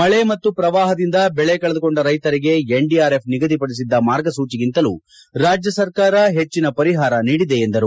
ಮಳೆ ಮತ್ತು ಪ್ರವಾಪದಿಂದ ಬೆಳೆ ಕಳೆದುಕೊಂಡ ರೈತರಿಗೆ ಎನ್ಡಿಆರ್ಎಫ್ ನಿಗಧಿಪಡಿಸಿದ ಮಾರ್ಗಸೂಚಿಗಿಂತಲೂ ರಾಜ್ಯ ಸರ್ಕಾರ ಹೆಚ್ಚಿನ ಪರಿಹಾರ ನೀಡಿದೆ ಎಂದರು